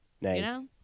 Nice